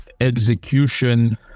execution